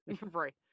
Right